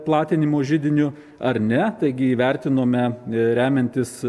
platinimo židiniu ar ne taigi įvertinome remiantis